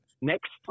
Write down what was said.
next